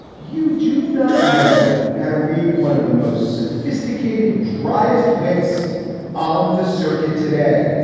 you do not know how to read one of the most sophisticated driest witt's on the circuit today,